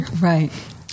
right